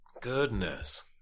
goodness